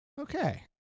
Okay